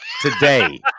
today